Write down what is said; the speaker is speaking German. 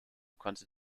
konnte